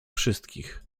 wszystkich